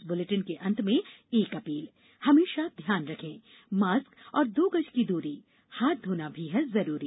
इस बुलेटिन के अंत में एक अपील हमेशा ध्यान रखें मास्क और दो गज की दूरी हाथ धोना भी है जरूरी